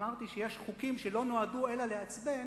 אמרתי שיש חוקים שלא נועדו אלא לעצבן,